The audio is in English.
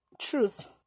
Truth